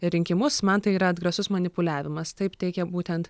rinkimus man tai yra atgrasus manipuliavimas taip teigia būtent